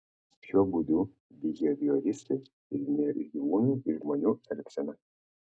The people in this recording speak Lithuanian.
šiuo būdu bihevioristai tyrinėjo ir gyvūnų ir žmonių elgseną